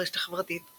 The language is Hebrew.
ברשת החברתית